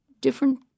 different